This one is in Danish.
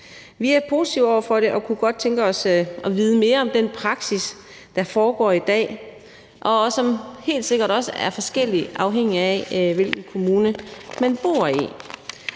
Vi er positive over for det og kunne godt tænke os at vide mere om den praksis, der er i dag, og som jo helt sikkert også er forskellig, afhængigt af hvilken kommune man bor i.